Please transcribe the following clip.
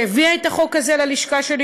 שהביאה את החוק הזה ללשכה שלי.